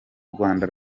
rwanda